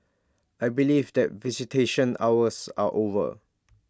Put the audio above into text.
I believe that visitation hours are over